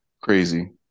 crazy